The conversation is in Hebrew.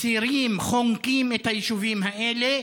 מצירים, חונקים את היישובים האלה,